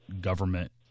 government